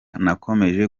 nakomeje